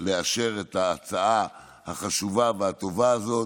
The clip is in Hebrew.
לאשר את ההצעה החשובה והטובה הזאת.